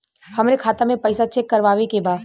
हमरे खाता मे पैसा चेक करवावे के बा?